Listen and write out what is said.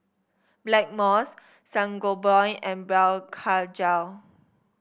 Blackmores Sangobion and Blephagel